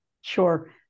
Sure